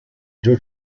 joe